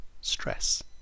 stress